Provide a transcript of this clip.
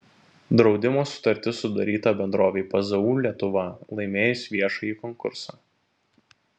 draudimo sutartis sudaryta bendrovei pzu lietuva laimėjus viešąjį konkursą